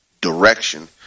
direction